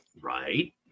Right